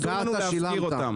אסור להפקיר אותם.